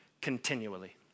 continually